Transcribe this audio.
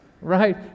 Right